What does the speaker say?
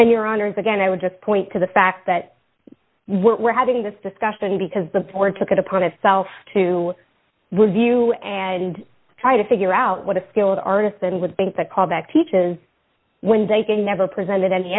and your honour's again i would just point to the fact that we're having this discussion because the poor took it upon itself to with you and try to figure out what a skilled artist then would think that callback teaches when they can never presented any